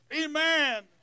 amen